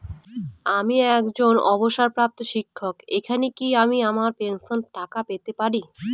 আমি একজন অবসরপ্রাপ্ত শিক্ষক এখানে কি আমার পেনশনের টাকা পেতে পারি?